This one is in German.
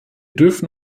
dürfen